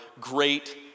great